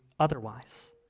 otherwise